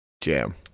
Jam